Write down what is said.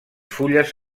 fulles